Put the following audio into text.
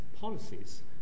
policies